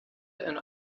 and